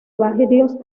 varios